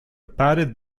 padded